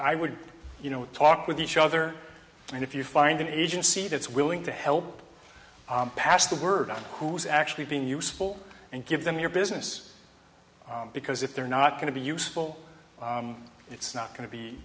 i would you know talk with each other and if you find an agency that's willing to help pass the word on who's actually being useful and give them your business because if they're not going to be useful it's not go